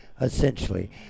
Essentially